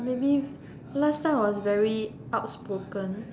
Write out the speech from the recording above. maybe last time I was very outspoken